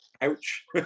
ouch